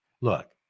Look